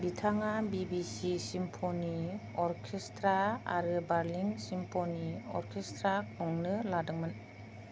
बिथाङा BBC symphony orchestra आरो Berlin symphony orchestra खुंनो लादोंमोन